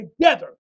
together